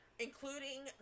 Including